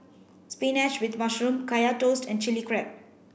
spinach with mushroom Kaya Toast and chili crab